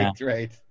Right